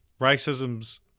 racism's